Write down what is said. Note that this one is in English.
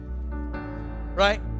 Right